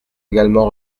également